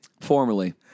Formerly